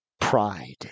pride